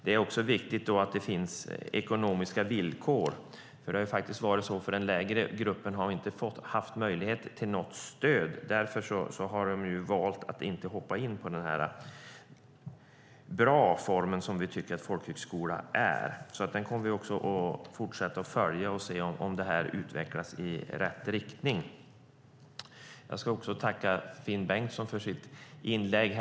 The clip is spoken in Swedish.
Det är viktigt att det då finns ekonomiska möjligheter. Den lägre gruppen har inte haft någon möjlighet till stöd. Därför har de inte valt folkhögskola, som vi tycker är en bra form. Vi kommer att följa detta för att se om det utvecklas i rätt riktning. Jag tackar Finn Bengtsson för hans inlägg.